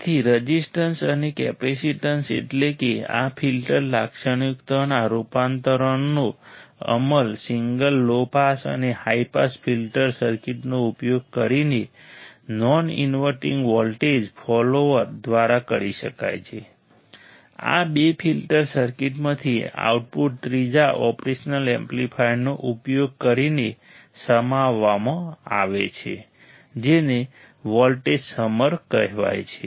તેથી રઝિસ્ટન્સ અને કેપેસિટીન્સ એટલેકે આ ફિલ્ટર લાક્ષણિકતાઓના રૂપાંતરણનો અમલ સિંગલ લો પાસ અને હાઇ પાસ ફિલ્ટર સર્કિટનો ઉપયોગ કરીને નોન ઇન્વર્ટિંગ વોલ્ટેજ ફોલોઅર દ્વારા કરી શકાય છે આ બે ફિલ્ટર સર્કિટમાંથી આઉટપુટ ત્રીજા ઓપરેશનલ એમ્પ્લીફાયરનો ઉપયોગ કરીને સમાવવામાં આવે છે જેને વોલ્ટેજ સમર કહેવાય છે